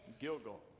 Gilgal